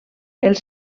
els